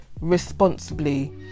responsibly